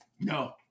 No